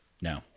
No